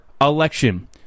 election